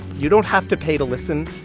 you don't have to pay to listen,